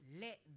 let